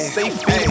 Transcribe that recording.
safe